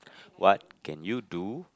what can you do